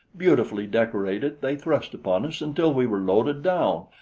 beautifully decorated, they thrust upon us until we were loaded down,